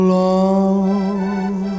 long